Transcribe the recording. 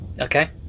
Okay